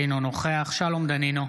אינו נוכח שלום דנינו,